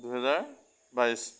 দুহেজাৰ বাইছ